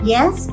Yes